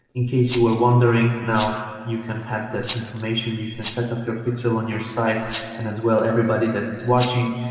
in case you were wondering, now you can have that information. you can set up your pixel on your site and as well, everybody that is watching,